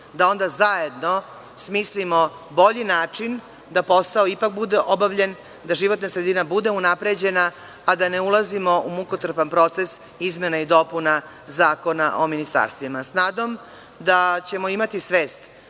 da onda zajedno smislimo bolji način da posao ipak bude obavljen, da životna sredina bude unapređena, a da ne ulazimo u mukotrpan proces izmena i dopuna Zakona o ministarstvima. Sa nadom da ćemo imati svest